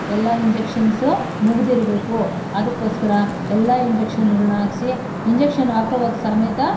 ಎಲ್ಲ ಇಂಜೆಕ್ಷನ್ಸು ಮುಗಿದಿರಬೇಕು ಅದಕ್ಕೋಸ್ಕರ ಎಲ್ಲ ಇಂಜೆಕ್ಷನ್ಗಳನ್ನ ಹಾಕಿಸಿ ಇಂಜೆಕ್ಷನ್ ಹಾಕುವಾಗ ಸಮೇತ